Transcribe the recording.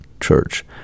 Church